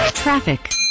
Traffic